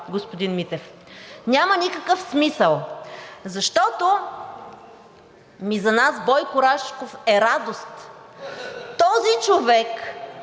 господин Митев. Няма никакъв смисъл, защото за нас Бойко Рашков е радост! (Показва